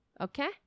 Okay